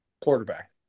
quarterback